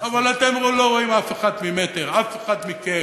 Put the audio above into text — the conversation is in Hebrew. אבל אתם לא רואים אף אחד ממטר, אף אחד מכם.